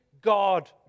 God